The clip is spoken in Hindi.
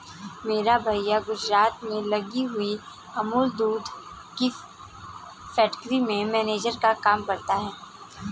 मेरे भैया गुजरात में लगी हुई अमूल दूध फैक्ट्री में मैनेजर का काम करते हैं